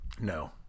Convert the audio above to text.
No